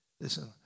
Listen